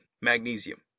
magnesium